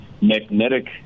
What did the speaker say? magnetic